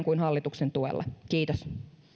kuin hallituksen tuella kiitos